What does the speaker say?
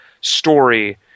story